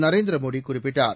நரேந்திர மோடி குறிப்பிட்டார்